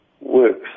works